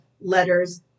letters